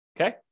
okay